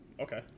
okay